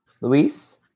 Luis